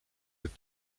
with